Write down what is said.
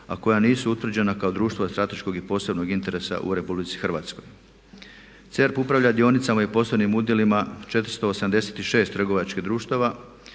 a koja nisu utvrđena kao društva od strateškog i posebnog interesa u Republici Hrvatskoj. CERF upravlja dionicama i poslovnim udjelima 486 trgovačkih društava